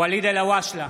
(קורא בשמות חברי הכנסת) ואליד אלהואשלה,